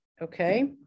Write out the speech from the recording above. Okay